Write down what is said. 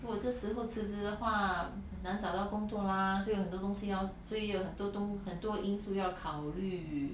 如果这时候辞职的话难找到工作 lah 所有很多东西要所以很多东很多因素要考虑